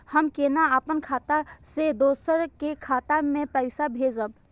हम केना अपन खाता से दोसर के खाता में पैसा भेजब?